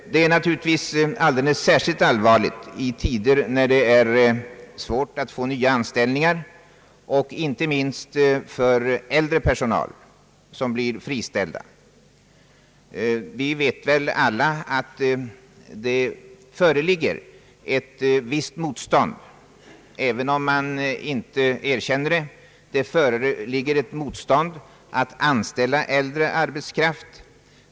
Detta är naturligtvis alldeles särskilt allvarligt i tider då det är svårt att få nya anställningar, och inte minst för äldre personal som blir friställd. Vi vet väl alla att det föreligger ett visst motstånd, även om man inte erkänner det, mot att anställa äldre arbetskraft.